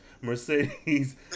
Mercedes